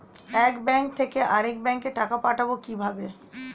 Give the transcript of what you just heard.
এক ব্যাংক থেকে আরেক ব্যাংকে টাকা পাঠাবো কিভাবে?